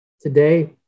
today